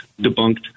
debunked